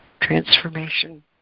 Transformation